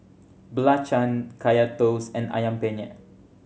belacan Kaya Toast and Ayam Penyet